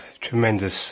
tremendous